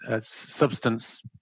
substance